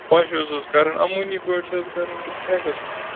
پَش چھُو حظ کَرُن اَمٲنی پٲٹھۍ چھُ حظ کَرُن کِنہٕ ٹھیکَس مَنٛز